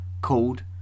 called